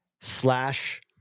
slash